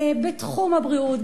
בתחום הבריאות,